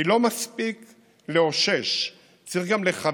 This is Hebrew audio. כי לא מספיק לאושש, צריך גם לכוון,